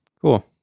Cool